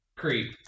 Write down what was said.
creep